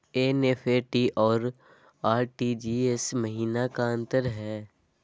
NEFT अरु RTGS महिना का अंतर हई?